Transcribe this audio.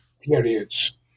periods